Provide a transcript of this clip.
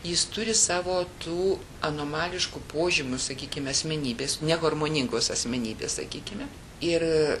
jis turi savo tų anomališkų požymių sakykime asmenybės neharmoningos asmenybės sakykime ir